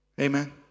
Amen